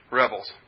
rebels